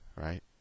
right